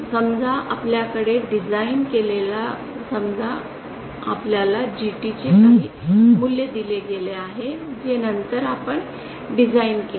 समजा आपल्याकडे डिझाइन केलेले समजा आपल्याला GT चे काही मूल्य दिले गेले आहे जे नंतर आपण डिझाइन केले